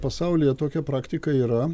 pasaulyje tokia praktika yra